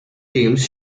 teams